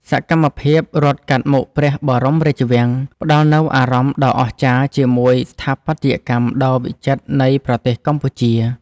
សកម្មភាពរត់កាត់មុខព្រះបរមរាជវាំង ផ្ដល់នូវអារម្មណ៍ដ៏អស្ចារ្យជាមួយស្ថាបត្យកម្មដ៏វិចិត្រនៃប្រទេសកម្ពុជា។